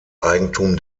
eigentum